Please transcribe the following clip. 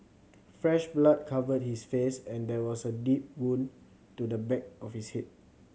fresh blood covered his face and there was a deep wound to the back of his head